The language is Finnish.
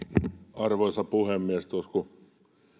arvoisa puhemies tuossa